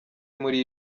muri